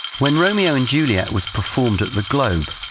when romeo and juliet was performed at the globe,